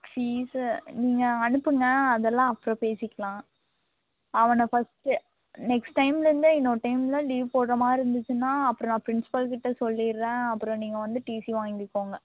fees நீங்கள் அனுப்புங்கள் அதெல்லாம் அப்புறம் பேசிக்கலாம் அவனை ஃபர்ஸ்ட்டு நெக்ஸ்ட் டைம்லயிருந்தே இன்னொரு டைம்லாம் லீவ் போடுறமாதிரி இருந்துச்சுன்னா அப்புறம் நான் பிரின்சிபால் கிட்ட சொல்லிவிட்றேன் அப்புறம் நீங்கள் வந்து டிசி வாங்கிக்கோங்க